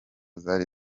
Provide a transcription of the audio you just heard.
zari